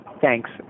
Thanks